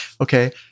okay